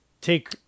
take